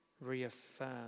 reaffirm